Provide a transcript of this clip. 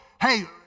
Hey